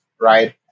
right